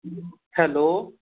hello